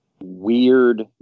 weird